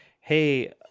hey